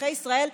אזרחי ישראל,